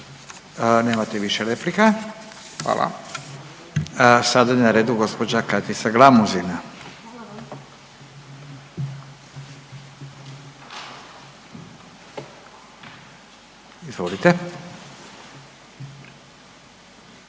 Ivan Ćelić: Hvala./… Sada je na redu gospođa Katica Glamuzina. Izvolite.